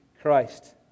Christ